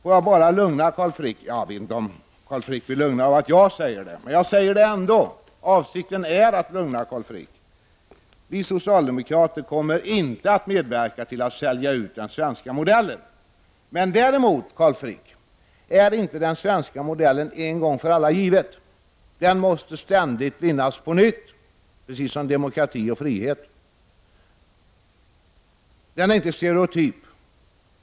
Jag kan bara lugna Carl Frick med att vi socialdemokrater inte kommer att medverka till att sälja ut den svenska modellen. Däremot är inte den svenska modellen en gång för alla given. Den måste ständigt vinnas på nytt, precis som demokrati och frihet. Den är inte stereotyp.